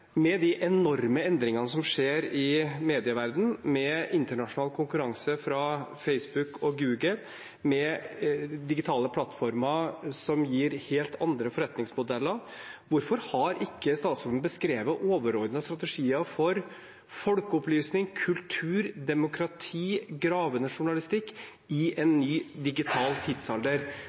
Med de enorme endringene som skjer i medieverdenen, med internasjonal konkurranse fra Facebook og Google, med digitale plattformer som gir helt andre forretningsmodeller, hvorfor har ikke statsråden beskrevet overordnede strategier for folkeopplysning, kultur, demokrati og gravende journalistikk i en ny digital tidsalder?